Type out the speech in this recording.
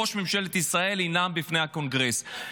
ראש ממשלת ישראל ינאם בפני הקונגרס,